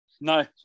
No